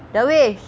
dawesh